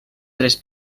tres